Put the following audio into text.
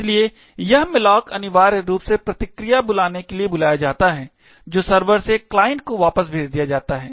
इसलिए यह malloc अनिवार्य रूप से प्रतिक्रिया बनाने के लिए बुलाया जाता है जो सर्वर से क्लाइंट को वापस भेजा जाता है